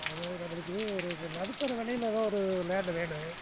அண்ணன் நம்மளுக்கு ஒரு நடுத்தர விலையில எதாது ஒரு லேண்டு வேணும்